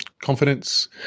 confidence